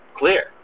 clear